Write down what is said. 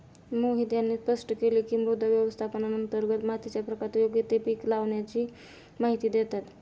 मोहित यांनी स्पष्ट केले की, मृदा व्यवस्थापनांतर्गत मातीच्या प्रकारात योग्य ते पीक लावाण्याची माहिती देतात